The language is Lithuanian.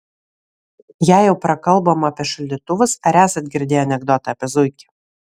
jei jau prakalbom apie šaldytuvus ar esat girdėję anekdotą apie zuikį